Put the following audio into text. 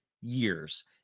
years